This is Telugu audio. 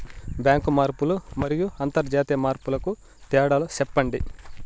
బ్యాంకు మార్పులు మరియు అంతర్జాతీయ మార్పుల కు తేడాలు సెప్పండి?